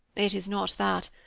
it is not that.